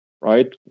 Right